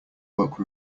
woke